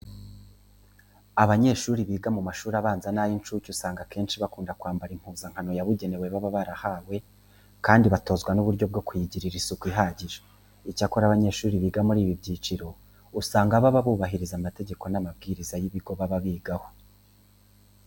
Abanyeshuri biga mu mashuri abanza n'ay'incuke usanga akenshi bakunda kwambara impuzankano yabugenewe baba barahawe, kandi batozwa n'uburyo bwo kuyigirira isuku ihagije. Icyakora abanyeshuri biga muri ibi byiciro, usanga baba bubahiriza amategeko n'amabwiriza y'ibigo baba bigaho.